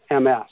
MS